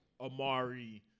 Amari